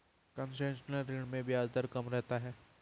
concessional ऋण में ब्याज दर कम रहता है